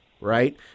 right